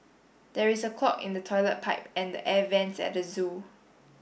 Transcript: there is a clog in the toilet pipe and the air vents at the zoo